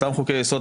אותם חוקי-יסוד,